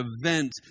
event